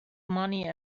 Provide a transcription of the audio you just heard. money